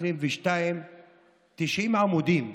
90 עמודים.